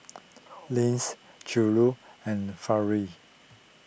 Lance Juli and Farrell